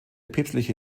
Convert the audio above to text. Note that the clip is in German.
päpstliche